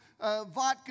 vodka